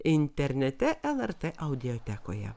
internete lrt audiotekoje